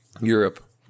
Europe